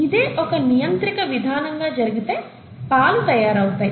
ఇదే ఒక నియంత్రిక విధానం గా జరిగితే పాలు తయారవుతాయి